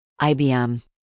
IBM